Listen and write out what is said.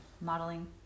modeling